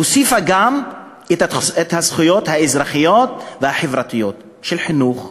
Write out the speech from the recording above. היא הוסיפה גם את הזכויות האזרחיות והחברתיות של חינוך,